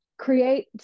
create